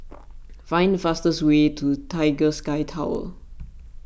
find the fastest way to Tiger Sky Tower